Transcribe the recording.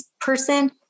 person